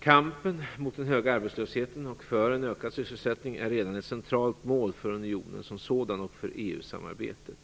Kampen mot den höga arbetslösheten och för en ökad sysselsättning är redan ett centralt mål för unionen som sådan och för EU-samarbetet.